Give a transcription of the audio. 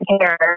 care